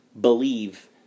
believe